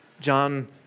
John